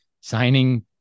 signing